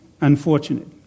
unfortunate